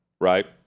right